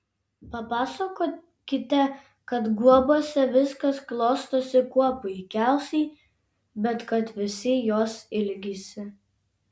papasakokite kad guobose viskas klostosi kuo puikiausiai bet kad visi jos ilgisi